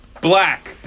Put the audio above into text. black